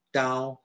down